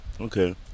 okay